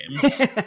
games